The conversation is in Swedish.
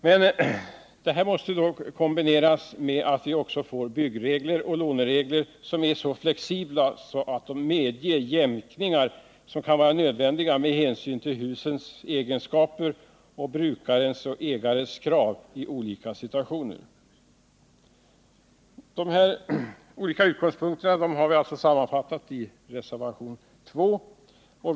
Det nya institutet måste vidare kombineras med byggoch låneregler, som görs så flexibla att de medger jämkningar med hänsyn till husens egenskaper och de krav som brukaren och ägaren ställer i olika situationer. Dessa olika utgångspunkter har vi sammanfattat i reservationen 2.